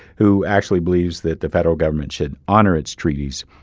who actually believes that the federal government should honor its treaties,